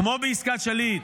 כמו בעסקת שליט,